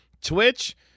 Twitch